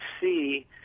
see